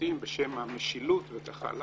המשפטים בשם המשילות וכך הלאה,